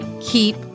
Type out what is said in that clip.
keep